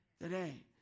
Today